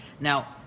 Now